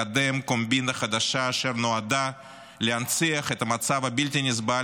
לקדם קומבינה חדשה אשר נועדה להנציח את המצב הבלתי-נסבל